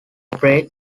prey